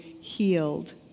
healed